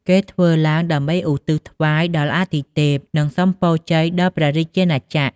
គេធ្វើឡើងដើម្បីឧទ្ទិសថ្វាយដល់អាទិទេព និងសូមពរជ័យដល់ព្រះរាជាណាចក្រ។